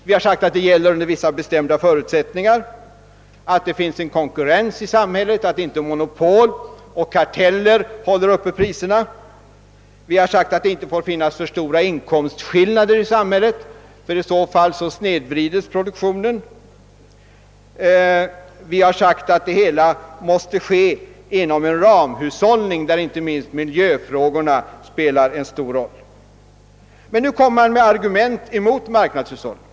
Vi har sagt att detta gäller under vissa bestämda förutsättningar, nämligen att det finns konkurrens i samhället, att inte monopol och karteller håller priserna uppe, att det inte finns för stora inkomstskillnader i samhället — i så fall snedvrids produktionen — och att man har en ramhushållning där inte minst miljöfrågorna spelar en stor roll. Men nu kommer man med argument mot marknadshushållningen.